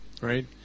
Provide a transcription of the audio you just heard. right